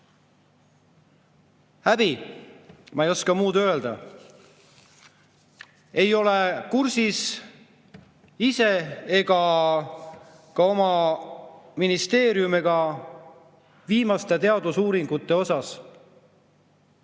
Häbi! Ma ei oska muud öelda. Ta ei ole kursis ise ega ole ka tema ministeerium viimaste teadusuuringutega.